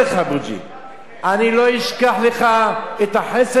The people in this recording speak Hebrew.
אני לא אשכח לך את החסד הגדול שעשית.